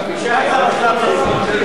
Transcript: אני יכול להציג.